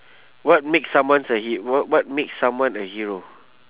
what makes someone a hero what makes someone a hero